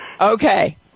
okay